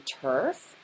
turf